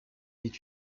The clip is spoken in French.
est